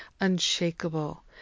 unshakable